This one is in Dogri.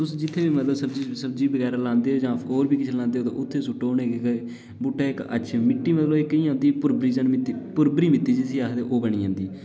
तुस जित्थै बी मतलब सब्ज़ी बगैरा लांदे ओह् होर बी किश लांदे ओ उत्थै सु'ट्टो उ'नेंगी बूह्टे मतलब मि'ट्टी इक इ'यां भुरबरी मि'ट्टी जिसी आखदे ओह् बनी जंदी